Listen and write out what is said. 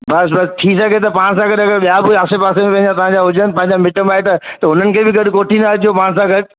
बसि बसि थी सघे त पाण सां गॾु अगरि ॿिया बि आसे पासे में तव्हां जा हुजनि मिटु माइटु त हुननि खे बि गॾु पोइ कोठींदा अचो पाण सां गॾु